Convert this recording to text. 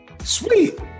Sweet